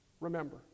Remember